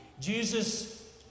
Jesus